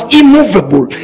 immovable